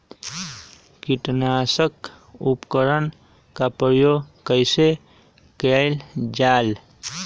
किटनाशक उपकरन का प्रयोग कइसे कियल जाल?